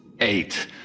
Eight